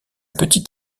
petit